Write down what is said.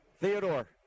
Theodore